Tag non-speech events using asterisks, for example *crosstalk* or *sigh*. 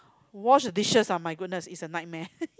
wash the dishes are my goddess is a nightmare *laughs*